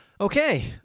Okay